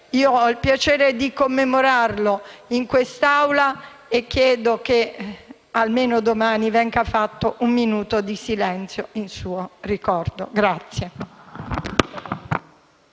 Io ho il piacere di commemorarlo in quest'Aula e chiedo che almeno domani venga osservato un minuto di silenzio in suo ricordo.